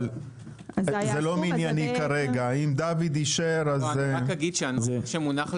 אבל אם דוד אישר- - אומר שהנוסח שמונח על